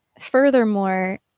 furthermore